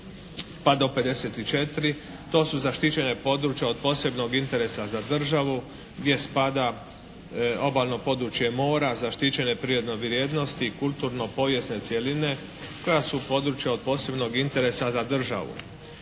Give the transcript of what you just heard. pa do 54. To su zaštićena područja od posebnog interesa za državu gdje spada obalno područje mora, zaštićene prirodne vrijednosti, kulturno povijesne cjeline koja su područja od posebnog interesa za državu.